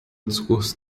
discurso